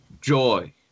joy